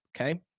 okay